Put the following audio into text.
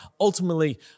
ultimately